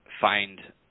find